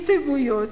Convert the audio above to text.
הסתייגויות